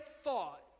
thought